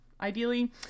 ideally